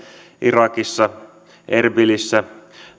irakissa erbilissä